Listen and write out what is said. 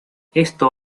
esto